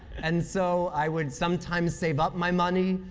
and so, i would sometimes save up my money,